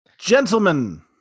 Gentlemen